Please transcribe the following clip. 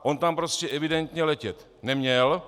On tam prostě evidentně letět neměl.